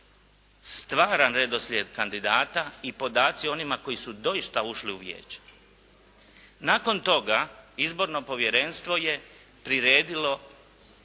stvaran redoslijed kandidata i podaci o onima koji su doista ušli u vijeće. Nakon toga izborno povjerenstvo je priredilo